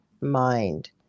mind